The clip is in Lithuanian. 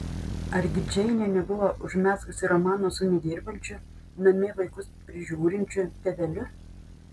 argi džeinė nebuvo užmezgusi romano su nedirbančiu namie vaikus prižiūrinčiu tėveliu